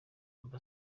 amb